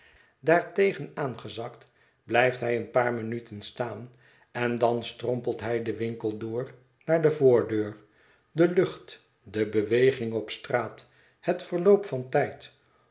daartegen aangezakt blijft hij een paar minuten staan en dan strompelt hij den winkel door naar de voordeur de lucht de beweging op straat het verloop van tijd